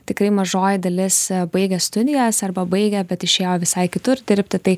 tikrai mažoji dalis baigė studijas arba baigė bet išėjo visai kitur dirbti tai